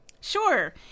Sure